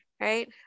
right